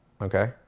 Okay